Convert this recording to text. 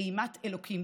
אימת אלוקים: